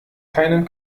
keinen